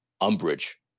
umbrage